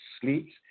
sleeps